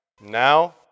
Now